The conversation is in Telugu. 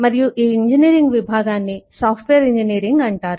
మరియు ఈ ఇంజనీరింగ్ విభాగాన్ని సాఫ్ట్వేర్ ఇంజనీరింగ్ అంటారు